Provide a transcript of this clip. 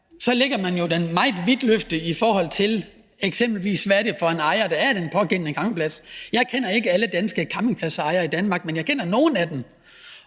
så kan det jo blive meget vidtløftigt, i forhold til hvad det eksempelvis er for en ejer, der er på den pågældende campingplads. Jeg kender ikke alle campingpladsejere i Danmark, men jeg kender nogle af dem.